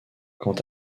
quant